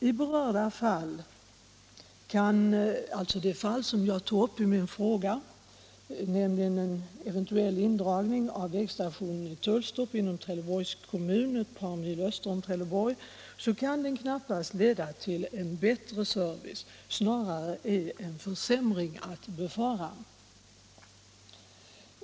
I det fall som berörs i min fråga, nämligen en eventuell indragning av vägstationen i Tullstorp inom Trelleborgs kommun ett par mil öster om Trelleborg, kan det knappast leda till en bättre service. Snarare är en försämring att befara.